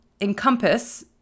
encompass